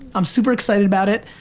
i'm super excited about it.